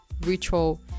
ritual